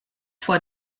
vor